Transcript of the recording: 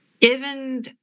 Given